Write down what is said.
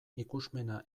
ikusmena